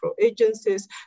agencies